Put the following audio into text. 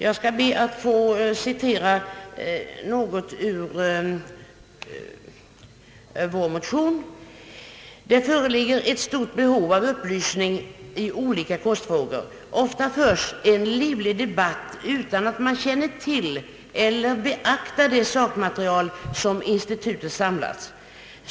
Jag skall be att få citera litet ur motionen: »Det föreligger ett stort behov av upplysning i olika kostfrågor. Ofta förs en livlig debatt utan att man känner till eller beaktar det sakmaterial som institutet samlat.